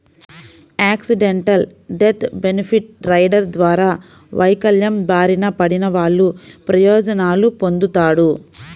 accidental death benefit rider ద్వారా వైకల్యం బారిన పడినవాళ్ళు ప్రయోజనాలు పొందుతాడు